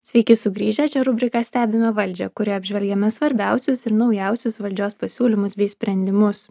sveiki sugrįžę čia rubrika stebime valdžią kurioje apžvelgiame svarbiausius ir naujausius valdžios pasiūlymus bei sprendimus